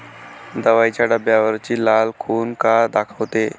दवाईच्या डब्यावरची लाल खून का दाखवते?